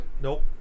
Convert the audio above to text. Nope